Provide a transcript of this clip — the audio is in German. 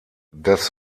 das